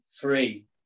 three